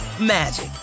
magic